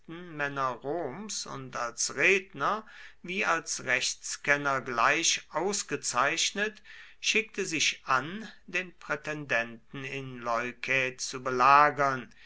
männer roms und als redner wie als rechtskenner gleich ausgezeichnet schickte sich an den prätendenten in leukä zu belagern